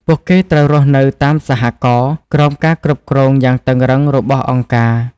ពួកគេត្រូវរស់នៅតាម សហករណ៍ ក្រោមការគ្រប់គ្រងយ៉ាងតឹងរ៉ឹងរបស់អង្គការ។